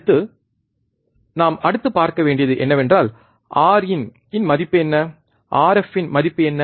அடுத்து நாம் அடுத்து பார்க்க வேண்டியது என்னவென்றால் Rin இன் மதிப்பு என்ன Rf இன் மதிப்பு என்ன